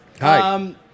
Hi